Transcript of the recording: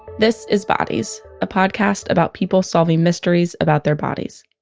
this is bodies, a podcast about people solving mysteries about their bodies.